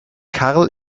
karl